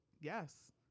Yes